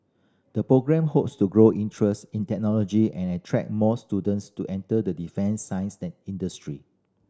the programme hopes to grow interest in technology and attract more students to enter the defence science industry